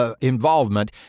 involvement